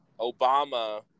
obama